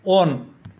on